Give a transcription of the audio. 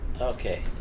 Okay